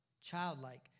Childlike